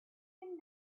been